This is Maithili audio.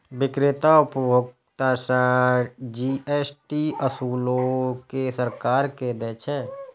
बिक्रेता उपभोक्ता सं जी.एस.टी ओसूलि कें सरकार कें दै छै